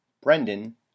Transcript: brendan